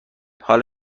حالا